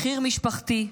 מחיר משפחתי,